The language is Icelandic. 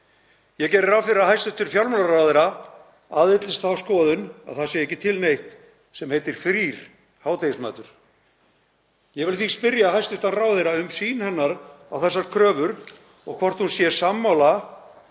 Ég geri ráð fyrir að hæstv. fjármálaráðherra aðhyllist þá skoðun að það sé ekki til neitt sem heitir frír hádegismatur. Ég vil því spyrja hæstv. ráðherra um sýn hennar á þessar kröfur og hvort hún sé sammála